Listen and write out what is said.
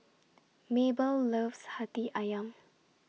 Mabell loves Hati Ayam